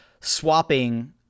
swapping